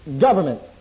government